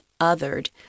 othered